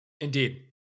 Indeed